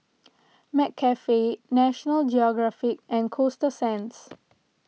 McCafe National Geographic and Coasta Sands